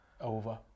Over